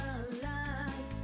alive